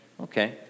Okay